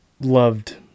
loved